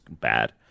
bad